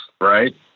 right